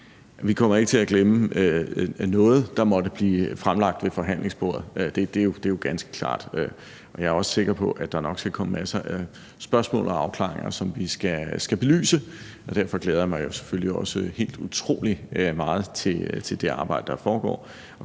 Vi kommer ikke til at glemme noget, der måtte blive fremlagt ved forhandlingsbordet; det er jo ganske klart. Jeg er også sikker på, at der nok skal komme masser af spørgsmål og ting, som vi skal belyse, og som skal afklares, og derfor glæder jeg mig jo selvfølgelig også helt utrolig meget til det arbejde, der foregår